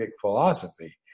philosophy